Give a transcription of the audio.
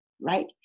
right